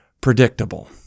predictable